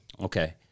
Okay